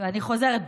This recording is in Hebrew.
אני חוזרת בי.